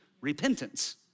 repentance